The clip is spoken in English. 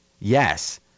Yes